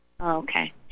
Okay